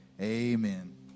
Amen